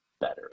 better